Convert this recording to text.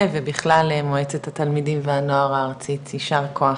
ובכלל מועצת התלמידים והנוער הארצית יישר כוח.